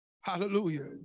Hallelujah